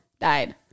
died